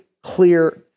Clear